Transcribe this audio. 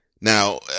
Now